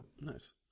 Nice